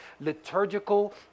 liturgical